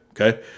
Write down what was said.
Okay